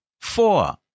Four